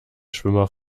schwimmer